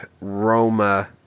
roma